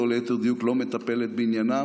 או ליתר דיוק לא מטפלת בעניינם,